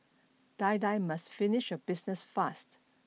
die die must finish your business fast